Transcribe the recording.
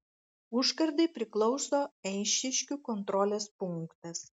užkardai priklauso eišiškių kontrolės punktas